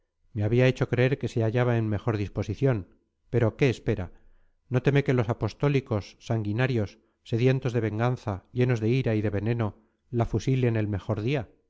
me había hecho creer que se hallaba en mejor disposición pero qué espera no teme que los apostólicos sanguinarios sedientos de venganza llenos de ira y de veneno la fusilen el mejor día